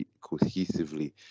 cohesively